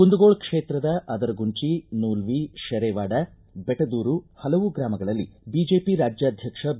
ಕುಂದಗೋಳ ಕ್ಷೇತ್ರದ ಆದರಗುಂಚಿ ನೂಲ್ಲಿ ಶೆರೆವಾಡ ಬೆಟದೂರು ಹಲವು ಗ್ರಮಗಳಲ್ಲಿ ಬಿಜೆಪಿ ರಾಜ್ಗಾಧಕ್ಷ ಬಿ